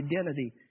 identity